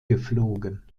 geflogen